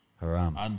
Haram